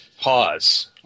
pause